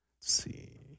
see